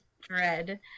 dread